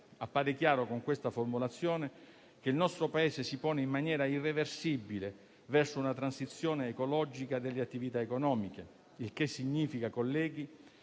Appare chiaro, con questa formulazione, che il nostro Paese si pone in maniera irreversibile verso una transizione ecologica delle attività economiche. Ciò significa che,